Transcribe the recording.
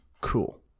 cool